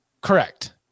Correct